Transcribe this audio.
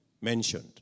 mentioned